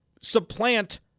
supplant